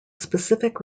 specific